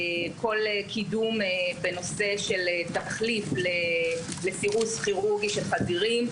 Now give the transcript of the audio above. כל קידום בנושא של תחליף לסירוס כירורגי של חזירים,